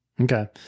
Okay